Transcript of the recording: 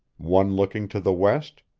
one looking to the west,